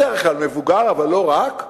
בדרך כלל מבוגר אבל לא רק,